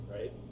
right